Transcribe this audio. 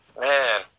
Man